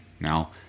Now